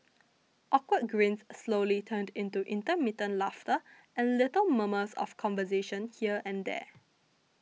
awkward grins slowly turned into intermittent laughter and little murmurs of conversation here and there